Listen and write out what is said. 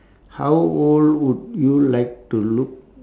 how old would you like to look